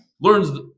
learns